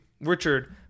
Richard